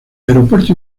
aeropuerto